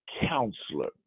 counselor